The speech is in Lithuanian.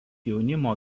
jaunimo